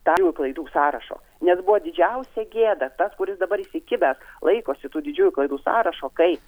daromų klaidų sąrašo net buvo didžiausia gėda tas kuris dabar įsikibęs laikosi tų didžiųjų klaidų sąrašo kaip